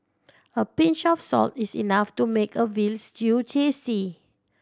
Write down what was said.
a pinch of salt is enough to make a veal stew tasty